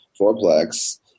fourplex